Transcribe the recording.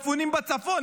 מפונים בצפון.